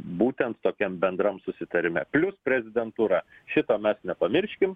būtent tokiam bendram susitarime plius prezidentūra šito mes nepamirškim